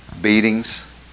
Beatings